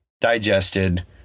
digested